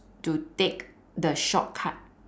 to take the shortcut